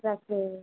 रखते हैं